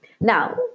Now